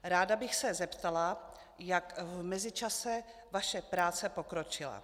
Ráda bych se zeptala, jak v mezičase vaše práce pokročila.